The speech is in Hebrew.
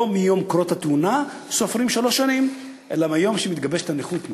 לא מיום קרות התאונה סופרים שלוש שנים אלא מיום שמתגבשת הנכות.